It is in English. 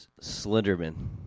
Slenderman